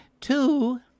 Two